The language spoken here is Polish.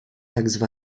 tzw